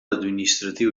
administratiu